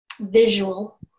visual